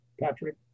Patrick